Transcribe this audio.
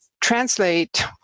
translate